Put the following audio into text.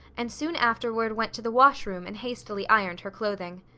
and soon afterward went to the wash room and hastily ironed her clothing.